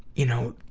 you know,